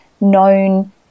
known